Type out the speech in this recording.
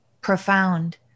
profound